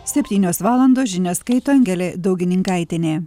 septynios valandos žinias skaito angelė daugininkaitienė